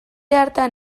hartan